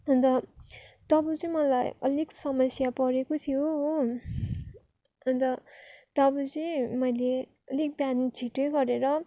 अन्त तब चाहिँ मलाई अलिक समस्या परेको थियो हो अन्त तब चाहिँ मैले अलिक बिहान छिट्टै गरेर